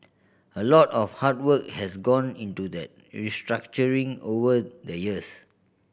a lot of hard work has gone into that restructuring over the years